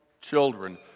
children